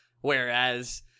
Whereas